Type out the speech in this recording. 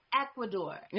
Ecuador